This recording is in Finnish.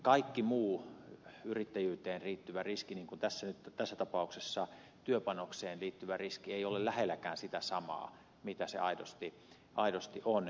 kaikki muut yrittäjyyteen liittyvät riskit niin kuin tässä tapauksessa työpanokseen liittyvä riski eivät ole lähelläkään sitä samaa mitä se aidosti on